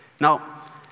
Now